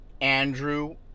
Andrew